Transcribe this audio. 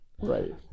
Right